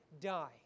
die